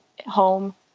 home